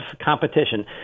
competition